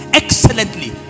excellently